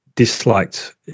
disliked